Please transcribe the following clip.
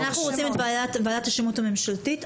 אנחנו רוצים את ועדת השמות הממשלתית,